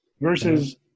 versus